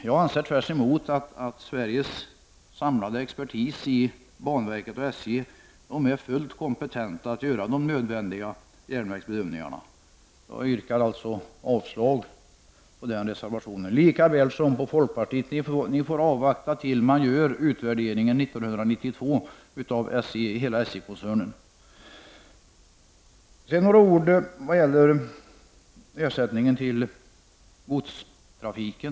Jag anser däremot att Sveriges samlade expertis i banverket och SJ är fullt kompetent att göra de nödvändiga järnvägsbedömningarna. Jag yrkar avslag på både folkpartiets och centerns reservationer. Folkpartiet och centern får avvakta den utvärdering av hela SJ-koncernen som skall göras 1992. Jag vill sedan säga några ord om ersättningen till godstrafiken.